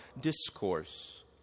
discourse